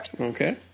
Okay